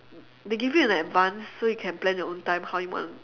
they give you in advance so you can plan your own time how you want